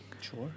Sure